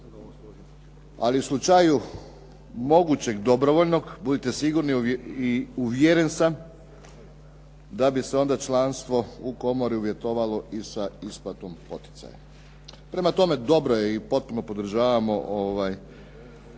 ali u slučaju mogućeg dobrovoljnog budite sigurni i uvjeren sam da bi se onda članstvo u komori uvjetovalo i sa isplatom poticaja. Prema tome, dobro je i potpuno podržavamo